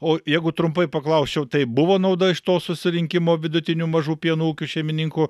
o jeigu trumpai paklausčiau tai buvo nauda iš to susirinkimo vidutinių mažų pieno ūkių šeimininkų